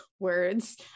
words